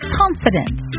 confidence